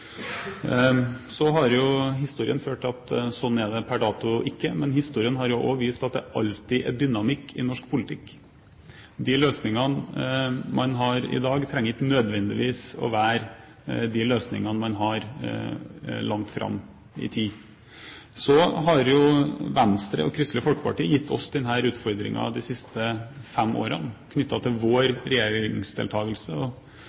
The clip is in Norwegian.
Så har jo historien ført til at sånn er det per dato ikke. Men historien har jo også vist at det alltid er dynamikk i norsk politikk. De løsningene man har i dag, trenger ikke nødvendigvis å være de løsningene man har langt fram i tid. Så har jo Venstre og Kristelig Folkeparti gitt oss denne utfordringen de siste fem årene, knyttet til